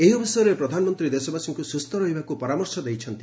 ଏହି ଅବସରରେ ପ୍ରଧାନମନ୍ତ୍ରୀ ଦେଶବାସୀଙ୍କୁ ସୁସ୍ଥ ରହିବାକୁ ପରାମର୍ଶ ଦେଇଛନ୍ତି